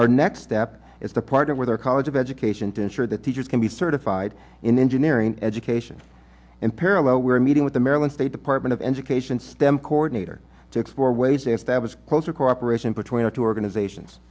our next day it's the part where the college of education to ensure that teachers can be certified in engineering education in parallel we're meeting with the maryland state department of education stem coordinator to explore ways if that was closer cooperation between our two organizations